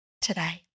today